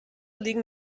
liegen